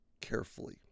carefully